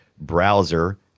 browser